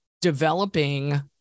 developing